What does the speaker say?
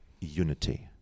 unity